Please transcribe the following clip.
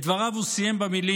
את דבריו הוא סיים במילים: